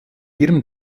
ihrem